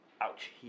Ouch